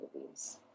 movies